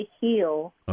Heal